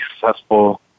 successful